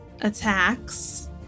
attacks